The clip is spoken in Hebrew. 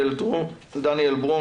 דניאל ברום,